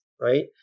right